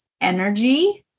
energy